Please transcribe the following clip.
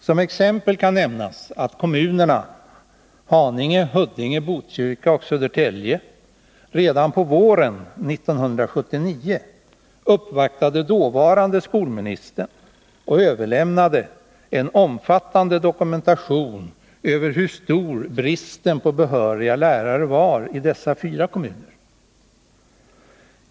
Som exempel kan nämnas att kommunerna Haninge, Huddinge, Botkyrka och Södertälje redan på våren 1979 uppvaktade dåvarande skolministern och överlämnade en omfattande dokumentation över hur stor bristen på behöriga lärare var i dessa fyra kommuner.